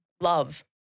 love